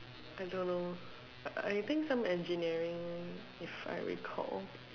I don't know I think some engineering if I recall